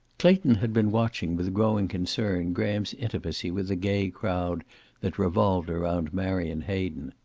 clayton had been watching with growing concern graham's intimacy with the gay crowd that revolved around marion hayden.